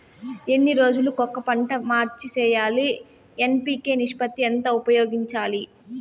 ఎన్ని రోజులు కొక పంట మార్చి సేయాలి ఎన్.పి.కె నిష్పత్తి ఎంత ఎలా ఉపయోగించాలి?